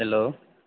hello